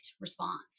response